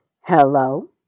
hello